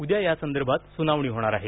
उद्या या संदर्भात सुनावणी होणार आहे